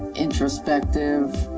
introspective.